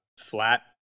flat